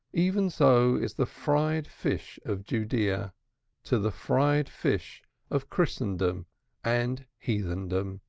even so is the fried fish of judaea to the fried fish of christendom and heathendom.